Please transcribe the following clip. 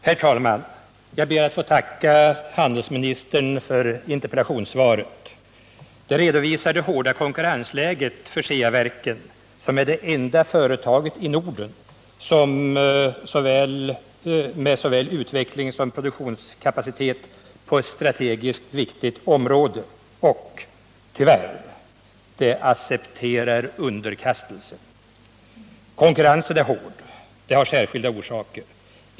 Herr talman! Jag ber att få tacka handelsministern för interpellationssvaret. Svaret redovisar det hårda konkurrensläget för Ceaverken, som är det enda företaget i Norden med såväl utvecklingssom produktionskapacitet på ett strategiskt viktigt område. Och — tyvärr — det accepterar underkastelse. Konkurrensen är hård. Det har särskilda orsaker.